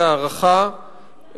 בהערכה,